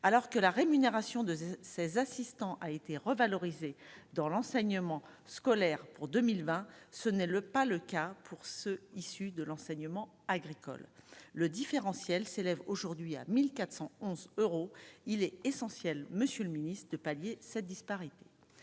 alors que la rémunération de ses assistants a été revalorisée dans l'enseignement scolaire pour 2020, ce n'est le pas le cas pour ceux issus de l'enseignement agricole, le différentiel s'élève aujourd'hui à 1411 euros, il est essentiel, monsieur le Ministre de pallier cette disparité,